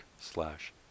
slash